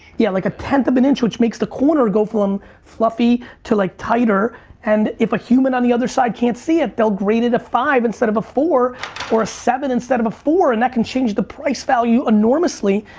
yeah, like a tenth of an inch which makes the corner go from fluffy to like tighter and if a human on the other side can't see it, they'll grade it a five instead of a four or a seven instead of a four and that can change the price value enormously.